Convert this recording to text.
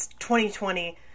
2020